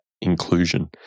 inclusion